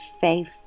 faith